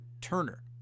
Turner